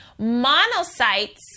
Monocytes